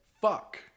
fuck